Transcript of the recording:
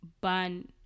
ban